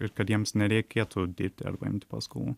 ir kad jiems nereikėtų dirbti arba imti paskolų